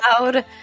loud